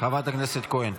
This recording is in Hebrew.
חברת הכנסת כהן,